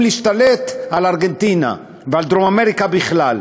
להשתלט על ארגנטינה ועל דרום-אמריקה בכלל.